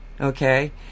okay